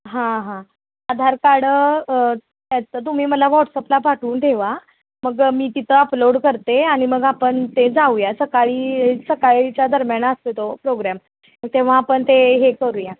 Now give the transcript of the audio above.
हां हां आधार कार्ड त्याचं तुम्ही मला व्हॉट्सअपला पाठवून ठेवा मग मी तिथं अपलोड करते आणि मग आपण ते जाऊया सकाळी सकाळीच्या दरम्यान असतो आहे तो प्रोग्रॅम तेव्हा आपण ते हे करूया